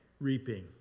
reaping